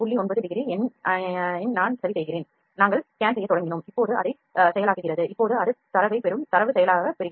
9 degree என நான் சரிசெய்கிறேன் நாங்கள் ஸ்கேன் செய்யத் தொடங்கினோம் இப்போது அதைச் செயலாக்குகிறது இப்போது அது தரவைப் பெறும் தரவு செயலாக்கத்தைப் பெறுகிறது